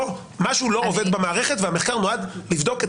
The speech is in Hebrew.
משהו לא עובד במערכת והמחקר נועד לבדוק את